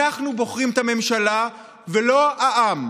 אנחנו בוחרים את הממשלה, לא העם.